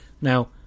Now